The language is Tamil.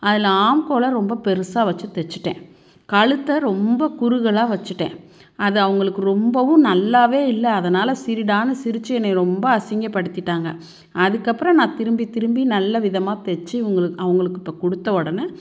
அதில் ஆம்கோலை ரொம்ப பெருசாக வச்சு தைச்சிட்டேன் கழுத்த ரொம்ப குறுகளாக வச்சுட்டேன் அது அவங்களுக்கு ரொம்பவும் நல்லாவே இல்லை அதனால் சிரிடானு சிரித்து என்னைய ரொம்ப அசிங்கப்படுத்திட்டாங்க அதுக்கப்புறம் நான் திரும்பி திரும்பி நல்ல விதமாக தைச்சி இவங்களுக்கு அவங்களுக்கு இப்போ கொடுத்த உடனே